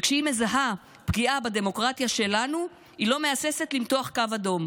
וכשהיא מזהה פגיעה בדמוקרטיה שלנו היא לא מהססת למתוח קו אדום